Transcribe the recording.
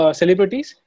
celebrities